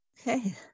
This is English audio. Okay